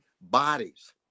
bodies